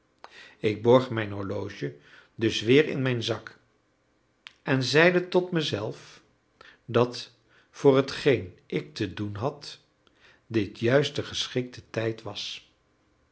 ik borg mijn horloge dus weer in mijn zak en zeide tot mezelf dat voor hetgeen ik te doen had dit juist de geschiktste tijd was